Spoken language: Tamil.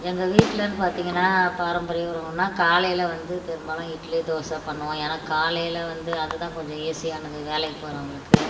எங்கள் வீட்லேனு பார்த்தீங்கன்னா பாரம்பரிய உணவுனா காலையில் வந்து பெரும்பாலும் இட்லி தோசை பண்ணுவோம் ஏன்னால் காலையில் வந்து அதுதான் கொஞ்சம் ஈஸியானது வேலைக்கு போகிறவங்களுக்கு